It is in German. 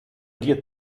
dir